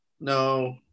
No